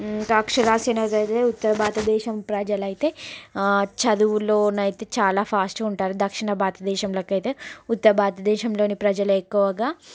అక్షరాస్యతలో అయితే ఉత్తర భారతదేశం ప్రజలు అయితే ఆ చదువులోనైతే చాలా ఫాస్ట్ గా ఉంటారు దక్షిణ భారత దేశంలో కంటే ఉత్తర భారతదేశంలో ప్రజలు ఎక్కువగా